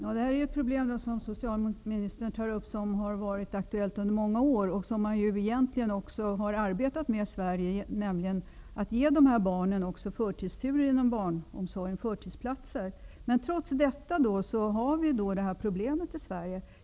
Herr talman! De problem som socialministern tar upp är sådana som har varit aktuella under många år och som man egentligen har arbetat med i Sverige och gett dessa barn förtursplats inom barnomsorgen. Trots detta har vi problem i Sverige.